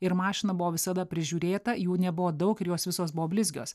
ir mašina buvo visada prižiūrėta jų nebuvo daug ir jos visos buvo blizgios